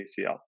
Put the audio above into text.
ACL